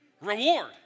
Reward